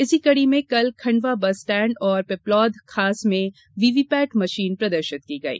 इसी कड़ी में कल खंडवा बस स्टैण्ड और पिपलौद खास में वीवीपैट मशीन प्रदर्शित की गई